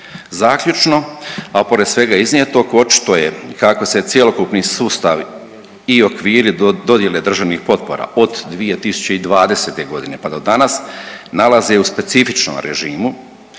Zaključno, a pored svega iznijetog, očito je kako se cjelokupni sustav i okviri dodjele državnih potpora od 2020. g. pa do danas nalazi u specifičnom režimu